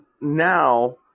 now